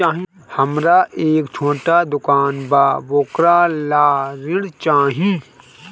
हमरा एक छोटा दुकान बा वोकरा ला ऋण चाही?